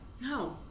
no